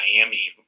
Miami